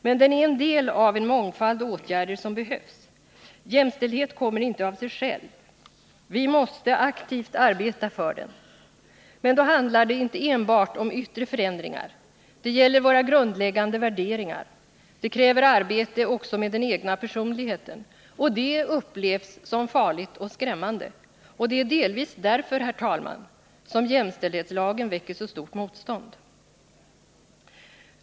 Men den är en del av en mångfald åtgärder som behövs. Jämställdhet kommer inte av sig själv. Vi måste aktivt arbeta för den. Men då handlar det inte enbart om yttre förändringar. Det gäller våra grundläggande värderingar. Det kräver arbete också med den egna personligheten. Och det upplevs som farligt och skrämmande. Det är delvis därför, herr talman, som jämställdhetslagen väcker så stort motstånd.